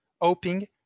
hoping